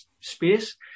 space